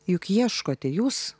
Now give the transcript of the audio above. juk ieškote jūs